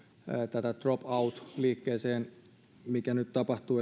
tätä tähän drop out liikkeeseen mikä nyt tapahtuu